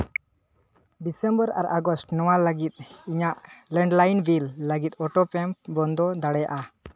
December ᱟᱨ August ᱱᱚᱣᱟ ᱞᱟᱹᱜᱤᱫ ᱤᱧᱟᱹᱜ ᱞᱮᱱᱰᱞᱟᱭᱤᱱ ᱵᱤᱞ ᱞᱟᱹᱜᱤᱫ ᱚᱴᱳᱯᱮᱢ ᱵᱚᱱᱫᱚ ᱫᱟᱲᱮᱭᱟᱜᱼᱟ